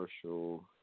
commercial